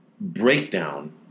breakdown